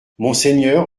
monseigneur